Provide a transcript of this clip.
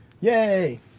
Yay